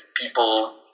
people